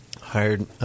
Hired